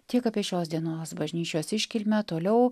tiek apie šios dienos bažnyčios iškilmę toliau